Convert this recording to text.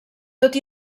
tot